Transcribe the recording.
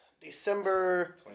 December